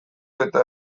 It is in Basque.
eta